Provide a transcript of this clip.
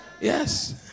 Yes